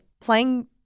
playing